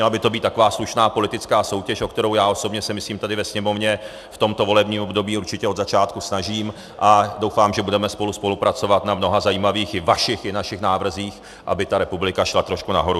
Měla by to být taková slušná politická soutěž, o kterou, já osobně si myslím, tady ve Sněmovně v tomto volebním období se určitě od začátku snažím, a doufám, že budeme spolu spolupracovat na mnoha zajímavých vašich i našich návrzích, aby ta republika šla trošku nahoru.